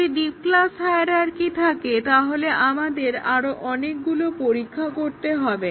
যদি deep class hierarchy থাকে তাহলে আমাদের আরো অনেকগুলো পরীক্ষা করতে হবে